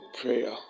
prayer